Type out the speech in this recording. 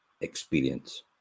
experience